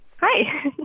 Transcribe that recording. Hi